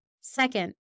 Second